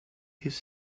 his